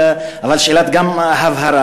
אבל שאלת הבהרה,